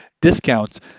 discounts